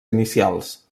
inicials